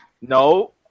No